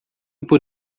por